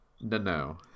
No